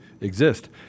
exist